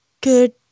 Good